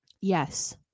Yes